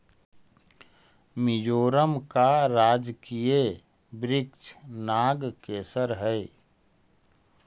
मिजोरम का राजकीय वृक्ष नागकेसर हई